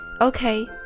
Okay